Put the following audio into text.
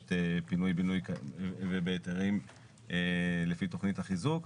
פינוי בינוי ובהיתרים לפי תכנית החיזוק.